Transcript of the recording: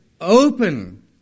open